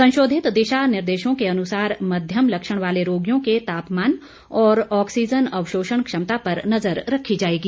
संशोधित दिशानिर्देशों के अनुसार मध्यम लक्षण वाले रोगियों के तापमान और ऑक्सीजन अवशोषण क्षमता पर नजर रखी जाएगी